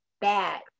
bad